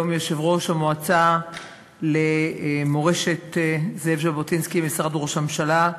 והיום יושב-ראש המועצה למורשת זאב ז'בוטינסקי במשרד ראש הממשלה,